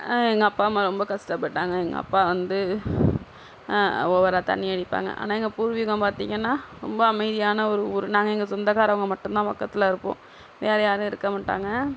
எங்கள் அப்பா அம்மா ரொம்ப கஷ்டப்பட்டாங்க எங்கள் அப்பா வந்து ஓவராக தண்ணி அடிப்பாங்க ஆனால் எங்கள் பூர்வீகம் பார்த்தீங்கன்னா ரொம்ப அமைதியான ஒரு ஊர் நாங்கள் எங்கள் சொந்தக்காரங்க மட்டும்தான் பக்கத்தில் இருப்போம் வேறு யாரும் இருக்க மாட்டாங்க